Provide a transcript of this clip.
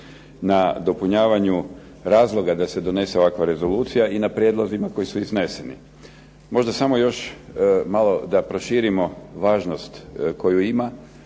na dopunjavanju razloga da se donese ovakva rezolucija i na prijedlozima koji su izneseni. Možda samo još malo da proširimo važnost koju ima